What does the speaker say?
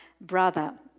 brother